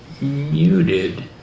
muted